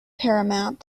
paramount